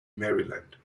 maryland